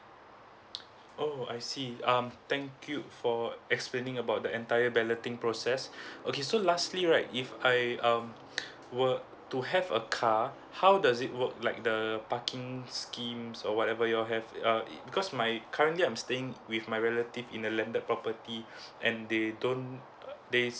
oh I see um thank you for explaining about the entire balloting process okay so lastly right if I um were to have a car how does it work like the parking schemes or whatever you all have err because my currently I'm staying with my relative in a landed property and they don't they